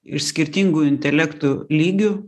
iš skirtingų intelektų lygių